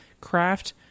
craft